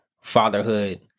fatherhood